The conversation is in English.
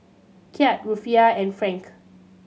Kyat Rufiyaa and Franc